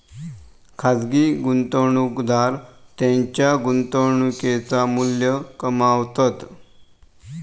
खाजगी गुंतवणूकदार त्येंच्या गुंतवणुकेचा मू्ल्य कमावतत